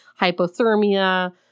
hypothermia